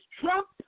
Trump